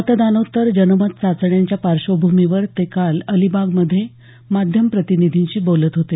मतदानोत्तर जनमत चाचण्यांच्या पार्श्वभूमीवर ते काल अलिबागमध्ये माध्यम प्रतिनिधींशी बोलत होते